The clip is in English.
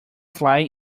fly